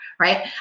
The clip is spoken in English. Right